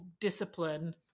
discipline